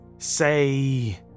Say